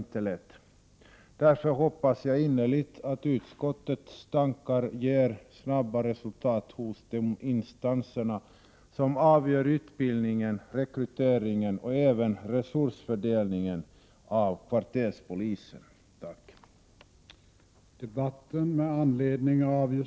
1988/89:103 frågan. Därför hoppas jag innerligt att utskottets tankar leder till snabba 25 april 1989 resultat hos de instanser som har avgörande inflytande över utbildning och